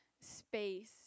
space